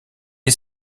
est